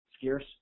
Scarce